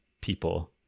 people